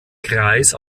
kreis